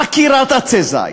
עקירת עצי זית,